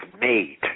made